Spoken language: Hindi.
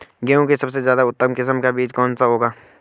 गेहूँ की सबसे उत्तम किस्म का बीज कौन सा होगा?